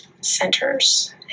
centers